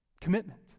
Commitment